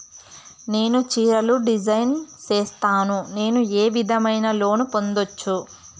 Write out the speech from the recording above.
నేను చీరలు డిజైన్ సేస్తాను, నేను ఏ విధమైన లోను పొందొచ్చు